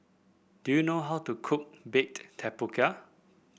do you know how to cook Baked Tapioca